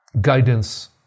guidance